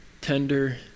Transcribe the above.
tender